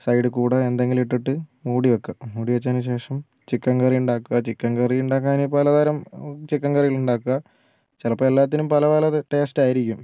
സൈഡിൽക്കൂടി എന്തെങ്കിലും ഇട്ടിട്ട് മൂടി വയ്ക്കുക മൂടി വച്ചതിനു ശേഷം ചിക്കൻ കറി ഉണ്ടാക്കുക ചിക്കൻ കറി ഉണ്ടാക്കാൻ പലതരം ചിക്കൻ കറികൾ ഉണ്ടാക്കുക ചിലപ്പോൾ എല്ലാത്തിനും പല പല ടേസ്റ്റ് ആയിരിക്കും